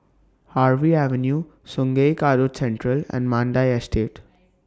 Harvey Avenue Sungei Kadut Central and Mandai Estate